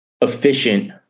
efficient